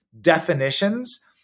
definitions